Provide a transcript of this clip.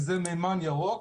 וזה מימן ירוק,